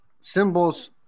symbols